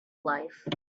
life